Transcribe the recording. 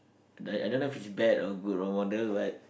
like I don't know if he's bad or good role model but